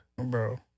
bro